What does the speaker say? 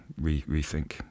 rethink